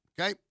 Okay